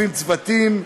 תוקפים צוותים,